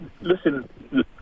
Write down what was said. listen